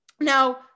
Now